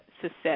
success